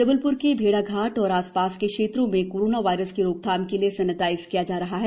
जबलप्र के भेड़ाघाट और आसपास के क्षेत्रों में कोरोना वायरस की रोकथाम के लिए सैनेटाइज किया जा रहा है